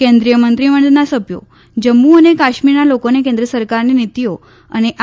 કેન્દ્રીય મંત્રીમંડળના સભ્યો જમ્મુ અને કાશ્મીરના લોકોને કેન્દ્ર સરકારની નીતિઓ અને આ